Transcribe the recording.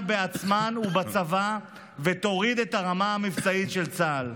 בעצמן ובצבא ויורידו את הרמה המבצעית של צה"ל".